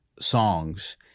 songs